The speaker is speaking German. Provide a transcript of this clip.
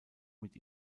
mit